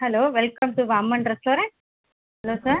hello welcome to Amman restaurant hello sir